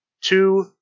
Two